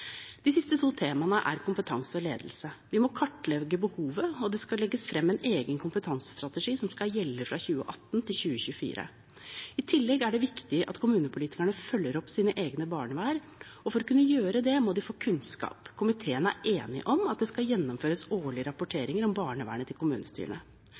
De siste to temaene er kompetanse og ledelse. Vi må kartlegge behovet, og det skal legges frem en egen kompetansestrategi som skal gjelde fra 2018 til 2024. I tillegg er det viktig at kommunepolitikerne følger opp sitt eget barnevern, og for å kunne gjøre det må de få kunnskap. Komiteen er enig om at det skal gjennomføres årlige